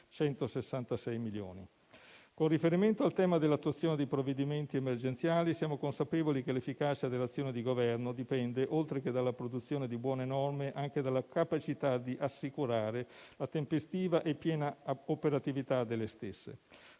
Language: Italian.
166 milioni. Con riferimento al tema dell'attuazione dei provvedimenti emergenziali, siamo consapevoli che l'efficacia dell'azione di Governo dipende, oltre che dalla produzione di buone norme, anche dalla capacità di assicurare la tempestiva e piena operatività delle stesse.